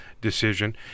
decision